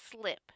slip